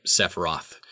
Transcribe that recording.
Sephiroth